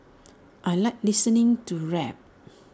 I Like listening to rap